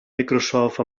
microsoft